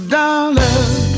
dollars